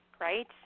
right